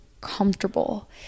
comfortable